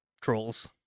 trolls